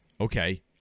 okay